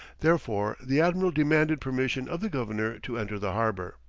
therefore the admiral demanded permission of the governor to enter the harbour.